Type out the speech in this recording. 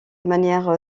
manière